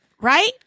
Right